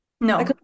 No